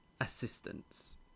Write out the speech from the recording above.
assistance